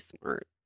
smart